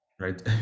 right